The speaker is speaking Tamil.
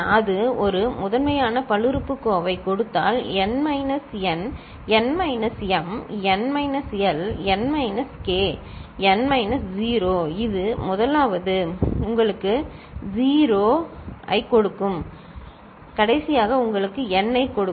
அது ஒரு முதன்மையான பல்லுறுப்புக்கோவைக் கொடுத்தால் n minus n n minus m n minus l n minus k n minus 0 இது முதலாவது உங்களுக்கு 0 ஐக் கொடுக்கும் கடைசியாக உங்களுக்கு n ஐக் கொடுக்கும்